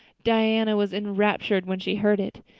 diana was enraptured when she heard it.